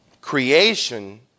Creation